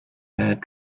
had